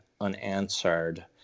unanswered